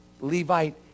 Levite